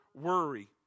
worry